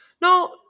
No